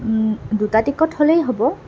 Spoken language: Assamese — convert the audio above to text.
দুটা টিকট হ'লেই হ'ব